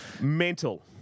Mental